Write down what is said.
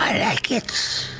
like it.